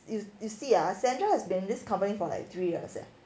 you you see ah sandra has been in this company for like three years eh